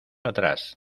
atrás